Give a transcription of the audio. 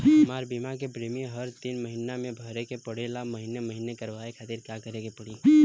हमार बीमा के प्रीमियम हर तीन महिना में भरे के पड़ेला महीने महीने करवाए खातिर का करे के पड़ी?